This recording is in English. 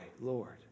Lord